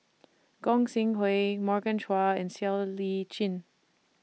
Gog Sing Hooi Morgan Chua and Siow Lee Chin